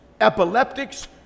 epileptics